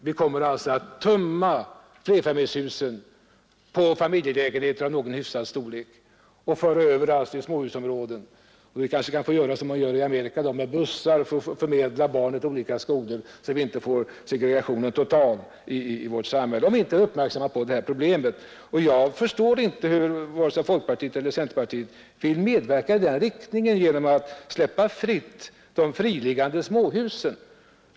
Vi kommer att tömma flerfamiljshusen på lägenheter av hyfsad storlek och föra över den produktionen till småhusområden. Om vi inte är uppmärksamma på det här problemet kanske vi kommer att få göra som i Amerika: föra över barn med bussar till olika skolor, för att inte segregationen skall bli total i vårt samhälle. Jag förstår inte hur vare sig folkpartiet eller centerpartiet vill medverka i den riktningen genom att släppa fritt byggandet av friliggande småhus.